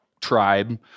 tribe